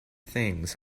things